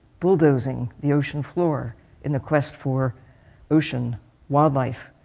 bulldozing the ocean floor in the quest for ocean wildlife.